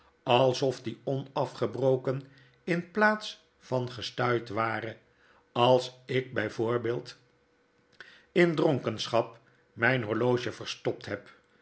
alsof die onafgebroken in plaats van gestuit ware als ik bij voorbeeld in dronkenschap mijn horloge verstopt heb